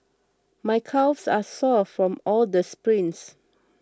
my calves are sore from all the sprints